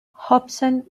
hobson